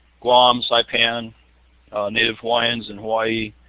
guam, saipan, native hawaiians and hawaii,